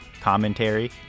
commentary